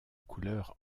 couleur